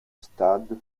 stade